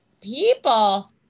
people